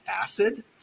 acid